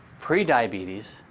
Prediabetes